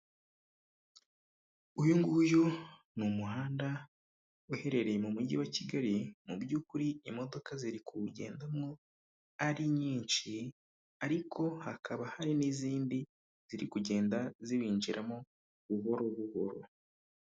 Uyu nguyu ni umuhanda uherereye mu mujyi wa Kigali mu by'ukuri imodoka ziri kuwugendamo ari nyinshi ariko hakaba hari n'izindi ziri kugenda z'iwinjiramo buhoro buhoro.